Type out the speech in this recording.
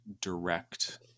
direct